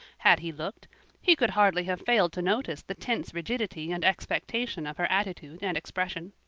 had he looked he could hardly have failed to notice the tense rigidity and expectation of her attitude and expression.